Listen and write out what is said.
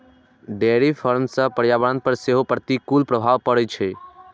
dairy farm सं पर्यावरण पर सेहो प्रतिकूल प्रभाव पड़ै छै